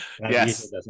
Yes